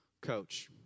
coach